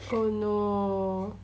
oh no